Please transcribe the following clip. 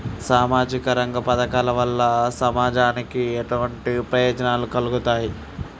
సామాజిక రంగ పథకాల వల్ల సమాజానికి ఎటువంటి ప్రయోజనాలు కలుగుతాయి?